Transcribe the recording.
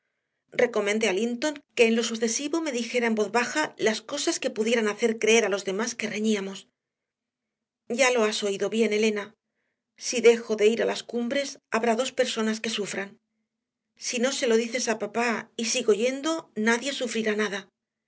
recomendé a linton que en lo sucesivo me dijera en voz baja las cosas que pudieran hacer creer a los demás que reñíamos ya lo has oído bien elena si dejo de ir a las cumbres habrá dos personas que sufran si no se lo dices a papá y sigo yendo nadie sufrirá nada